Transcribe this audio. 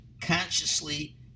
consciously